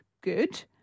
Good